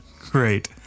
Great